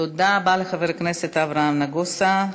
תודה רבה לחבר הכנסת אברהם נגוסה.